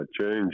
change